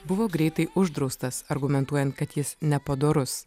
buvo greitai uždraustas argumentuojant kad jis nepadorus